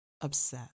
upset